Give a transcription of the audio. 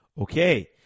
Okay